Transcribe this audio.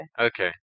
Okay